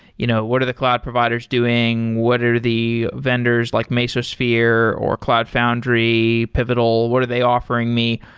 you know what are the cloud providers doing? what are the vendors, like mesosphere, or cloud foundry, pivotal, what are they offering me?